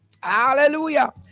hallelujah